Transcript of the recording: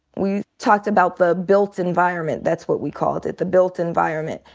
we talked about the built and environment, that's what we called it, the built environment,